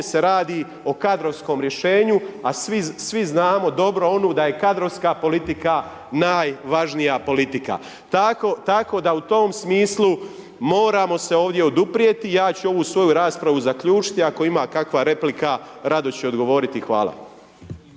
se radi o kadrovskom riješenu, a svi znamo dobro onu, da je kadrovska politika najvažnija politika. Tako da u tom smislu moramo se ovdje oduprijeti, ja ću ovu svoju raspravu zaključiti, ako ima kakva replika rado ću odgovoriti. Hvala.